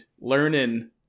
learning